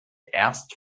erst